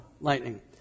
lightning